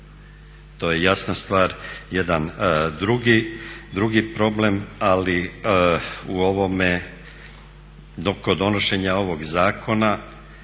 To je jasna stvar. Jedan drugi problem, ali u ovome kod donošenja ovog zakona